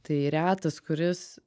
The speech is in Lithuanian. tai retas kuris